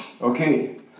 Okay